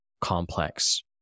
complex